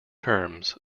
terms